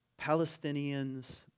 Palestinians